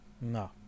No